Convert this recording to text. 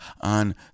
on